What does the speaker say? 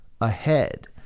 ahead